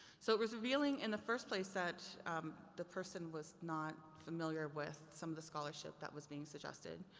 so it was revealing in the first place that the person was not familiar with some of the scholarship that was being suggested